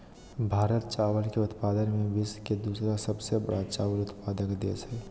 भारत चावल के उत्पादन में विश्व के दूसरा सबसे बड़ा चावल उत्पादक देश हइ